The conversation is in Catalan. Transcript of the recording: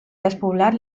despoblat